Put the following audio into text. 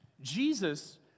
Jesus